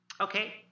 okay